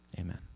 Amen